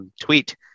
tweet